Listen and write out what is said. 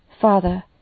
Father